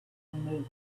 movement